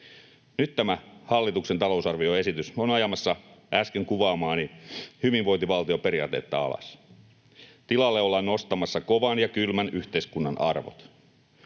Nyt tämä hallituksen talousarvioesitys on ajamassa äsken kuvaamaani hyvinvointivaltioperiaatetta alas. Tilalle ollaan nostamassa kovan ja kylmän yhteiskunnan arvot,